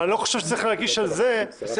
אבל אני לא חושב שצריך להגיש על זה --- אבל